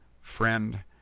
friend